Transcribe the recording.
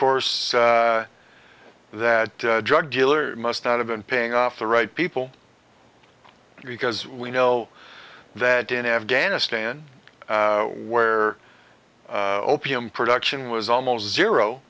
course that drug dealer must not have been paying off the right people because we know that in afghanistan where opium production was almost zero